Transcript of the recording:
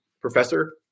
Professor